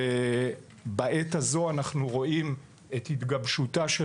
ובעת הזו אנחנו רואים את התגבשותה של